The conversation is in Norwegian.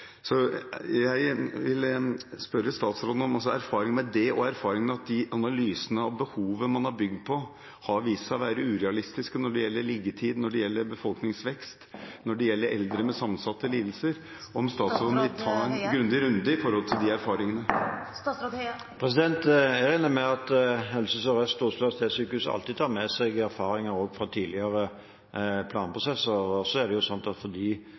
behovet som man har bygd på, har vist seg å være urealistiske når det gjelder liggetid, når det gjelder befolkningsvekst, og når det gjelder eldre med sammensatte lidelser. Vil statsråden ta en grundig runde på bakgrunn av de erfaringene? Jeg regner med at Helse Sør-Øst og Oslo universitetssykehus alltid tar med seg erfaringer fra tidligere planprosesser. Så er det jo slik at